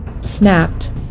snapped